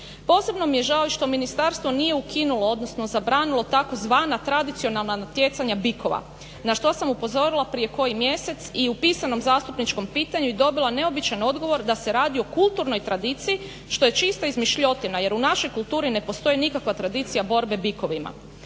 Posebno mi je žao što ministarstvo nije ukinulo odnosno zabranilo tako zvana tradicionalna natjecanja bikova na što sam upozorila prije koji mjesec i u pisanom zastupničkom pitanju i dobila neobičan odgovor da se radi o kulturnoj tradiciji što je čista izmišljotina jer u našoj kulturi ne postoji nikakva tradicija borbe bikova.